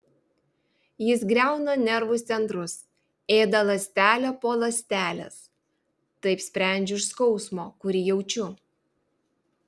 jis griauna nervų centrus ėda ląstelę po ląstelės taip sprendžiu iš skausmo kurį jaučiu